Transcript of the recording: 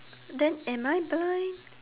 then am I blind